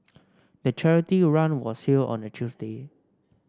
the charity run was held on a Tuesday